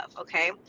Okay